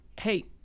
hey